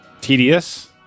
tedious